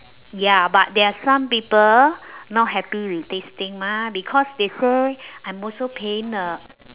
ya but there are some people not happy with this thing mah because they say I'm also paying the